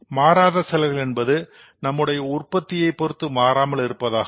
மாறாத செலவுகள் என்பது நம்முடைய உற்பத்தியை பொருத்து மாறாமல் இருப்பதாகும்